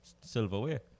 silverware